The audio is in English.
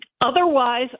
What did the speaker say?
Otherwise